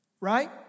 right